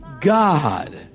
God